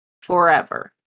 forever